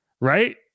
right